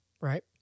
Right